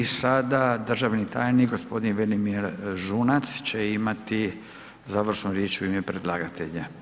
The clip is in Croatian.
I sada državni tajnik Velimir Žunac će imati završnu riječ u ime predlagatelja.